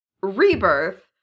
Rebirth